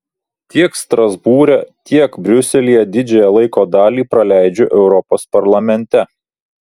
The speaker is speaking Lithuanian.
tiek strasbūre tiek briuselyje didžiąją laiko dalį praleidžiu europos parlamente